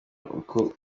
uko